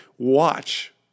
Watch